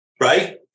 right